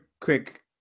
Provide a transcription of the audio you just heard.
quick